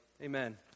Amen